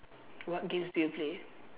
what games do you play